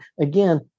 Again